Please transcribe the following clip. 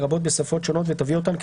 לרבות בשפות שונות ותביא אותן,